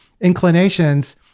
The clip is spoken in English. inclinations